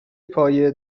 پایه